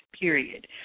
period